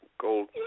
Gold